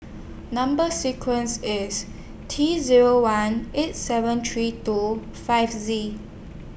Number sequence IS T Zero one eight seven three two five Z